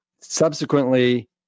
Subsequently